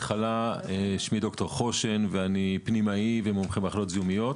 שמי דוקטור חושן ואני פנימאי ומומחה מחלות זיהומיות.